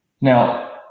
Now